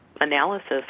analysis